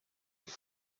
leta